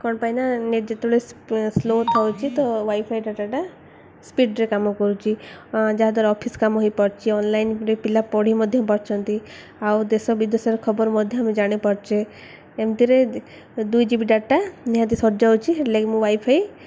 କ'ଣ ପାଇଁ ନା ନେଟ୍ ଯେତେବେଳେ ସ୍ଲୋ ଥାଉଛି ତ ୱାଇଫାଇ ଡ଼ାଟାଟା ସ୍ପିଡ଼ରେ କାମ କରୁଛି ଯାହାଦ୍ୱାରା ଅଫିସ୍ କାମ ହୋଇପାରୁଛି ଅନଲାଇନ୍ ପିଲା ପଢ଼ି ମଧ୍ୟ ପାରୁଛନ୍ତି ଆଉ ଦେଶ ବିଦେଶର ଖବର ମଧ୍ୟ ମୁଁ ଜାଣିପାରୁଛେ ଏମିତିରେ ଦୁଇ ଜିବି ଡ଼ାଟା ନିହାତି ସରିଯାଉଛି ହେଥିଲାଗି ମୁଁ ୱାଇଫାଇ